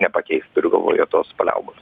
nepakeis turiu galvoje tos paliaubos